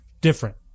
different